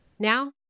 Now